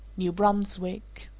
new brunswick.